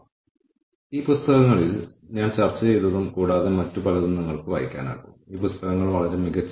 അതിനാൽ ഇൻപുട്ട് ഘട്ടത്തിൽ നമ്മൾ ഇട്ടിരിക്കുന്ന വിഭവങ്ങൾ ഉപയോഗപ്പെടുത്തുന്നതിനായി നമ്മൾ കടന്നുപോകുന്ന പ്രക്രിയകളും ഫലത്തിന്റെ അളവുകളും